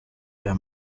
aya